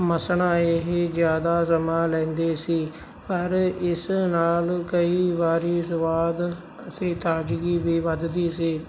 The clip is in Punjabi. ਮਸਣਾ ਇਹ ਜ਼ਿਆਦਾ ਰਮਾ ਲੈਂਦੇ ਸੀ ਪਰ ਇਸ ਨਾਲ ਕਈ ਵਾਰੀ ਸਵਾਦ ਅਤੇ ਤਾਜ਼ਗੀ ਵੀ ਵਧਦੀ ਸੀ